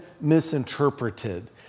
misinterpreted